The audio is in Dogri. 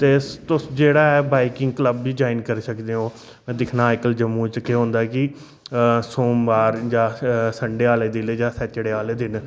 ते तुस जेह्ड़ा ऐ बाइकिंग क्लब बी जाइन करी सकदे ओ मैं दिक्खना अज्जकल जम्मू च केह् होंदा ऐ कि सोमवार जां संडे आह्ले दिन जां सैचरडे आह्ले दिन